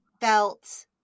felt